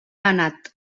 anat